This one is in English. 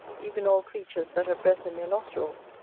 even all creatures that have breath in their nostrils,